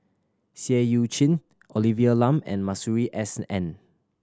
Seah Eu Chin Olivia Lum and Masuri S N